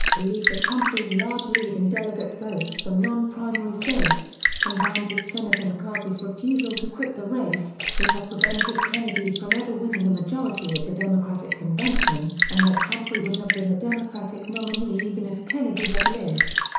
believe that humphrey's large lead in delegate votes from non-primary states, combined with senator mccarthy's refusal to quit the race, would have prevented kennedy from ever winning a majority at the democratic convention, and that humphrey would have been the democratic nominee even if kennedy had lived.